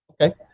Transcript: Okay